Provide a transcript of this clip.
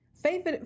Faith